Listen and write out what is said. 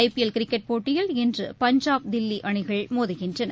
ஐ P L cricket போட்டியில் இன்று பஞ்சாப் தில்லி அணிகள் மோதுகின்றன